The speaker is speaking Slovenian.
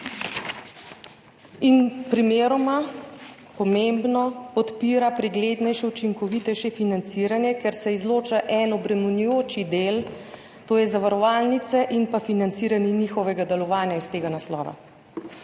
In primeroma pomembno podpira preglednejše, učinkovitejše financiranje, ker se izloča en obremenjujoči del, to je zavarovalnice in pa financiranje njihovega delovanja iz tega naslova.